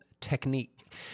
technique